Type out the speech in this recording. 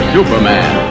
Superman